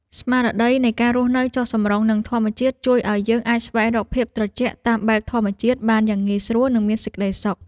ស្មារតីនៃការរស់នៅចុះសម្រុងនឹងធម្មជាតិជួយឱ្យយើងអាចស្វែងរកភាពត្រជាក់តាមបែបធម្មជាតិបានយ៉ាងងាយស្រួលនិងមានសេចក្តីសុខ។